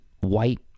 white